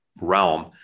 realm